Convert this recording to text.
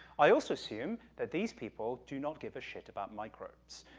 i also assume that these people do not give a shit about microbes,